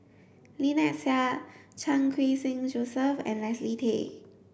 Lynnette Seah Chan Khun Sing Joseph and Leslie Tay